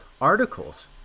articles